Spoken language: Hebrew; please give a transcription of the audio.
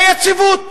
זה יציבות.